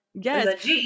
Yes